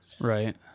right